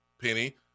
Penny